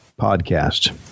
podcast